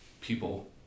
people